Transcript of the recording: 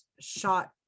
shot